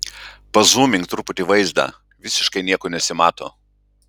pazūmink truputį vaizdą visiškai nieko nesimato